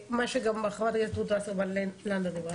מה שגם חברת הכנסת רות וסרמן לנדה דיברה.